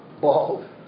bald